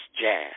jazz